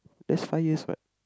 that's five years what